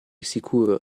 sicuro